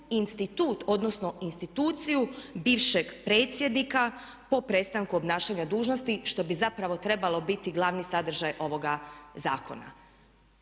institut odnosno instituciju bivšeg predsjednika po prestanku obnašanja dužnosti što bi zapravo trebalo biti glavni sadržaj ovoga zakona.